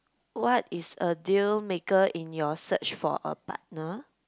what is a deal maker in your search for a partner